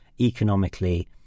economically